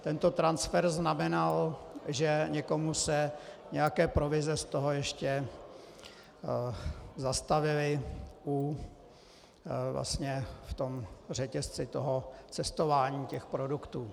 Tento transfer znamenal, že někomu se nějaké provize z toho ještě zastavily v tom řetězci toho cestování těch produktů.